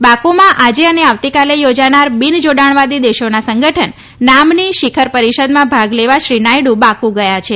બાકુમાં આજે અને આવતીકાલે યોજાનાર બિન જોડાણવાદી દેશોના સંગઠન નામની શીખર પરિષદમાં ભાગ લેવા શ્રી નાયડુ બાકુ ગયા છે